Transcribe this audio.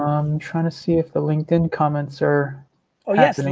um i'm trying to see if the linkedin comments are oh yes, i mean